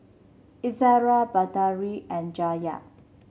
Izara Batari and Yahya